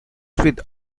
with